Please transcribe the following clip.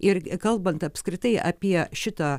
ir kalbant apskritai apie šitą